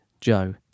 Joe